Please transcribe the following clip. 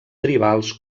tribals